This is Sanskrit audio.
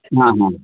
आम् आम्